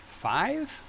five